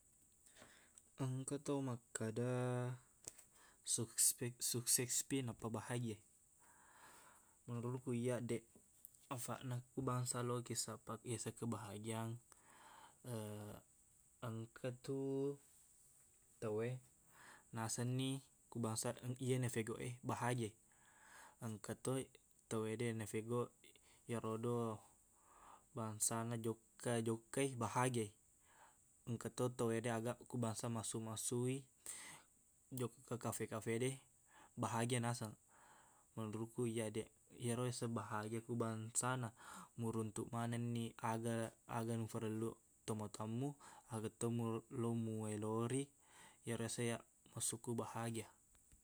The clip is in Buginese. Engka tau makkada, sukspek- suksespi nappa bahagia i. menurukku iyaq, deq. Afaqna, ku bangsa lokiq sappa iyaseng kebahagiaan, engkatu tauwe, nasenni ku bangsa eng- iye nafegauq e, bahagia i. Engkato tauwede nafegauq iyarodo bangsana jokka-jokka i, bahagia i. Engkato tauwede aga ku bangsa massuq-massuq i jokka ke kafe-kafe de, bahagia naseng. Menurukku iyaq, deq. Iyero yaseng bahagia ku bangsana muruntuk manenni aga- aga muperellu tomatowammu, agato mu- lu mu elori, iyero yaseng iyaq maksudkuq bahagia.